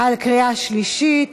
בקריאה שלישית.